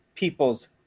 People's